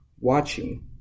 watching